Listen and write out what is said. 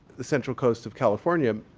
the central coast of california.